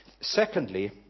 Secondly